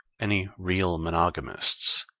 any real monogamists?